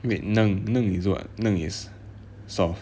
wait 嫩嫩嫩 is what soft